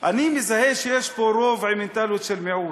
אני מזהה שיש פה רוב עם מנטליות של מיעוט,